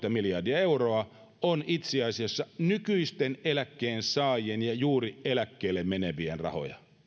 miljardia euroa on itse asiassa nykyisten eläkkeensaajien ja juuri eläkkeelle menevien rahoja